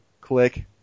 click